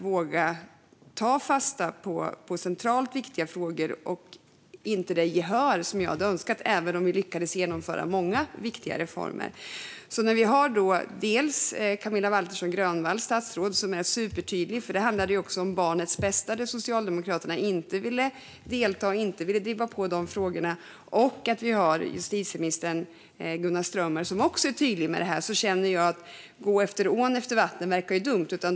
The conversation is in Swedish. Jag uppfattade också att ledamoten från Vänsterpartiet sa att det i den utredning som nu ligger inte är riktigt tydligt när det gäller åtgärder kring tvångsumgänge. Det här handlade också om frågan om barnets bästa, där Socialdemokraterna inte ville delta och inte ville driva på, så när vi då har dels statsrådet Camilla Waltersson Grönvall som är supertydlig, dels justitieminister Gunnar Strömmer som också är tydlig med det här känner jag att det verkar dumt att gå över ån efter vatten.